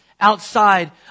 Outside